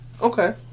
Okay